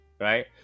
right